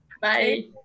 Bye